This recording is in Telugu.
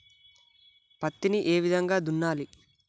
పత్తిని ఏ విధంగా దున్నాలి?